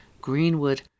Greenwood